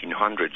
1800s